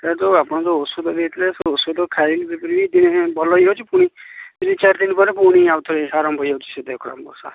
sir ଯେଉଁ ଆପଣ ଯେଉଁ ଔଷଧ ଦେଇଥିଲେ ସେ ଔଷଧ ଖାଇ ଦୁଇଦିନ ଭଲ ହେଇଯାଉଛି ପୁଣି ତିନି ଚାରି ଦିନ ପରେ ପୁଣି ଆଉ ଥରେ ଆରମ୍ଭ ହେଇଯାଉଛି ସେମତି